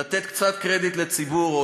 לתת קצת קרדיט לציבור,